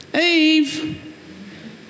Eve